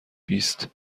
بیست